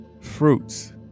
fruits